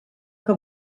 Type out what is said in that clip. que